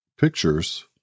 pictures